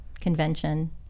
convention